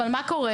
אבל מה קורה?